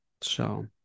So-